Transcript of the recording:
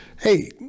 hey